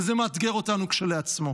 וזה מאתגר אותנו כשלעצמו.